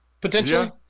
potentially